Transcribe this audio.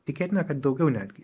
tikėtina kad daugiau netgi